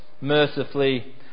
mercifully